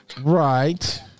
Right